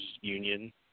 union